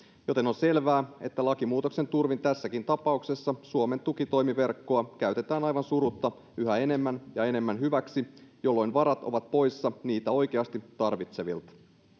joten on selvää että lakimuutoksen turvin tässäkin tapauksessa suomen tukitoimiverkkoa käytetään aivan surutta yhä enemmän ja enemmän hyväksi jolloin varat ovat poissa niitä oikeasti tarvitsevilta